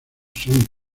son